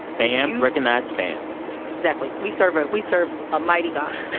fam recognize fam exactly. we serve ah we serve a mighty god